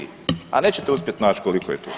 A nećete uspjet nać koliko je tu.